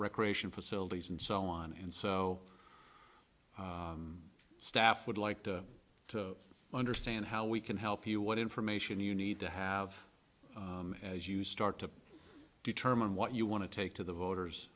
recreation facilities and so on and so staff would like to understand how we can help you what information you need to have as you start to determine what you want to take to the